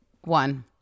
one